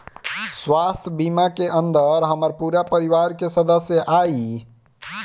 स्वास्थ्य बीमा के अंदर हमार पूरा परिवार का सदस्य आई?